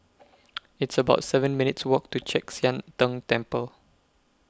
It's about seven minutes' Walk to Chek Sian Tng Temple